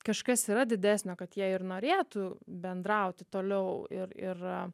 kažkas yra didesnio kad jie ir norėtų bendrauti toliau ir ir